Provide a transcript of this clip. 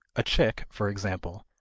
a chick, for example,